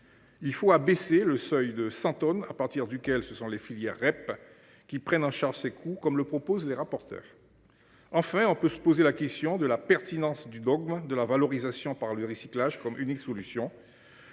Il faut abaisser le seuil de 100 tonnes à partir duquel ce sont les filières REP qui prennent en charge ces coups comme le proposent les rapporteurs. Enfin on peut se poser la question de la pertinence du dogme de la valorisation par le recyclage comme unique solution.